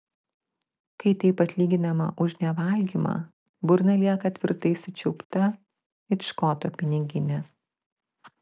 kai taip atlyginama už nevalgymą burna lieka tvirtai sučiaupta it škoto piniginė